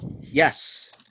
Yes